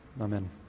Amen